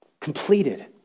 completed